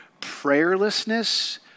Prayerlessness